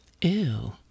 ew